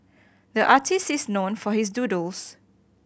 the artist is known for his doodles